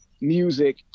music